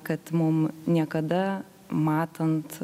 kad mum niekada matant